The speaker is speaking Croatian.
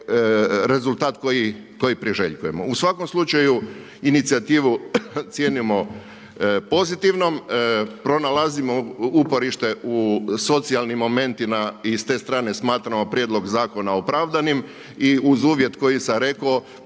rezultat koji priželjkujemo. U svakom slučaju inicijativu cijenimo pozitivnom. Pronalazimo uporište u socijalnim momentima i s te strane smatramo prijedlog zakona opravdanim. I uz uvjet koji sam rekao